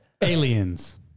Aliens